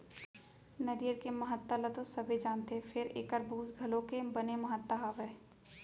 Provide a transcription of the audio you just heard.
नरियर के महत्ता ल तो सबे जानथें फेर एकर बूच घलौ के बने महत्ता हावय